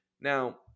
Now